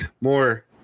more